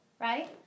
right